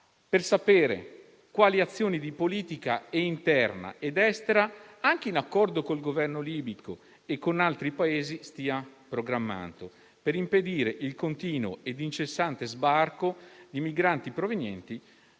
sapere quali azioni di politica interna ed estera, anche in accordo col Governo libico e con altri Paesi, stia programmando per impedire il continuo e incessante sbarco di migranti sulle nostre